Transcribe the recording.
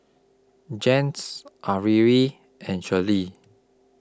Jens Averi and Shirley